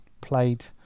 played